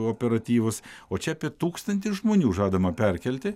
operatyvūs o čia apie tūkstantį žmonių žadama perkelti